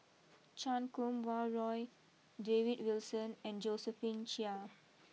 Chan Kum Wah Roy David Wilson and Josephine Chia